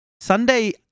Sunday